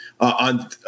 on